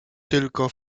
tylko